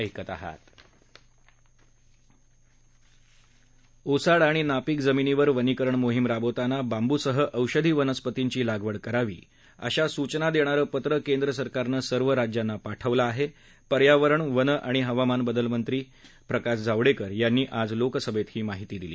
ओसाड आणि नापीक जमीनीवर वनीकरण मोहीम राबवताना बांबूसह औषधी वनस्पतींची लागवड करावी अशा सूचना दग्गिरं पत्र केंद्र सरकारंन सर्व राज्यांना पाठवलं आह प्रियावरण वन आणि हवामान बदल मंत्री प्रकाश जावडक्कर यांनी आज लोकसभद्दही माहिती दिली